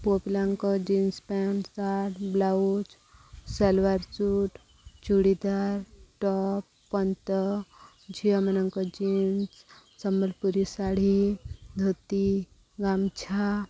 ପୁଅ ପିଲାଙ୍କ jeans pant shirt blouse salwar suit churidar top ଝିଅମାନଙ୍କ ଜିନ୍ସ ସମ୍ବଲପୁରୀ ଶାଢ଼ୀ ଧୋତି ଗାମୁଛା